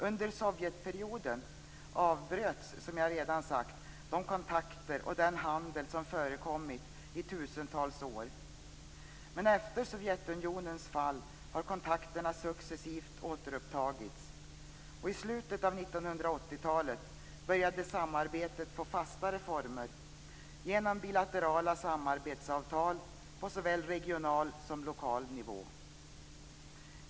Under Sovjetperioden avbröts, som jag redan har sagt, de kontakter och den handel som förekommit i tusentals år. Men efter Sovjetunionens fall har kontakterna successivt återupptagits. I slutet av 1980-talet började samarbetet få fastare former genom bilaterala samarbetsavtal på såväl regional som lokal nivå.